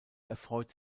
erfreut